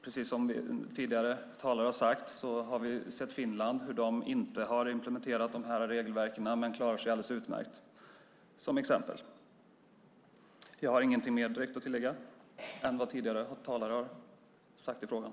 Precis som tidigare talare har sagt har vi till exempel sett hur Finland inte har implementerat regelverken men klarat sig alldeles utmärkt. Jag har inget mer att tillägga till vad tidigare talare sagt i frågan.